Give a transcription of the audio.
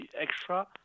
extra